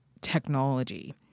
technology